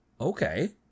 okay